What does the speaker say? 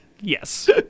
Yes